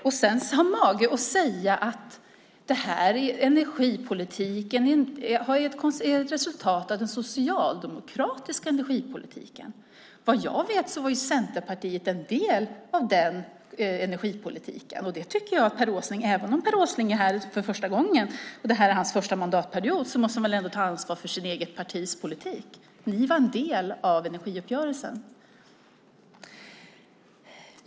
Sedan har han mage att säga att detta är ett resultat av den socialdemokratiska energipolitiken. Vad jag vet var Centerpartiet en del av den energipolitiken. Även om Per Åsling är här för första gången och detta är hans första mandatperiod måste han väl ändå ta ansvar för sitt eget partis politik. Ni var en del av energiuppgörelsen.